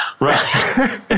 Right